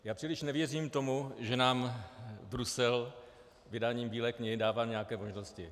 Já příliš nevěřím tomu, že nám Brusel vydáním Bílé knihy dává nějaké možnosti.